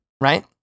Right